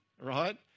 right